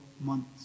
months